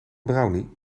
brownie